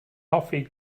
hoffi